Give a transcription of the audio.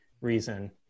reason